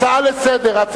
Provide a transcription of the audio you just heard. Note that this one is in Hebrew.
הצעה לסדר-היום,